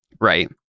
Right